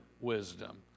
wisdom